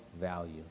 value